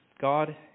God